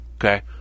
Okay